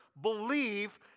believe